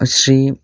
Shri